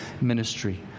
ministry